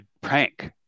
prank